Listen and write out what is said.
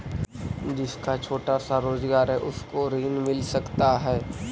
जिसका छोटा सा रोजगार है उसको ऋण मिल सकता है?